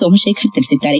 ಸೋಮಶೇಖರ್ ತಿಳಿಸಿದ್ದಾರೆ